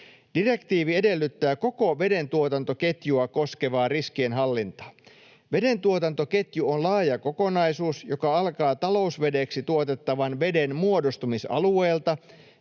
Direktiivi edellyttää koko vedentuotantoketjua koskevaa riskienhallintaa. Vedentuotantoketju on laaja kokonaisuus, joka alkaa talousvedeksi tuotettavan veden muodostumisalueelta,